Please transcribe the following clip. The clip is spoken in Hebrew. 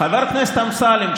חבר הכנסת אמסלם,